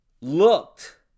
looked